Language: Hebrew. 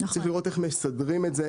צריך לראות איך מסדרים את זה,